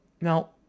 Now